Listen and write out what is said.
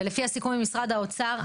ולפי הסיכום עם משרד האוצר,